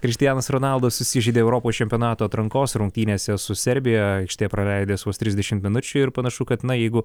krištianas ronaldas susižeidė europos čempionato atrankos rungtynėse su serbija aikštėje praleidęs vos trisdešimt minučių ir panašu kad na jeigu